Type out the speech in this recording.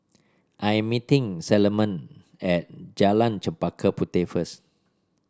I am meeting Salomon at Jalan Chempaka Puteh first